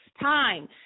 time